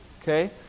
Okay